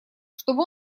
чтобы